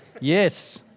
Yes